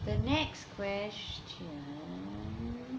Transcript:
the next question